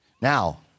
Now